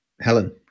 Helen